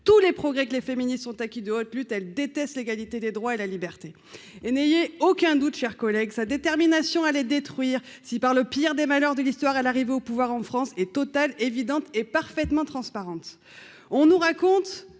tous les progrès que les féministes sont acquis de haute lutte, elle déteste l'égalité des droits à la liberté et n'ayez aucun doute cher collègue, sa détermination à les détruire si par le pire des malheurs de l'histoire et l'arrivée au pouvoir en France et Total évidente et parfaitement transparente, on nous raconte